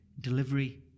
Delivery